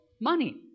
Money